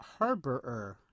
Harborer